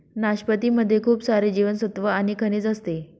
नाशपती मध्ये खूप सारे जीवनसत्त्व आणि खनिज असते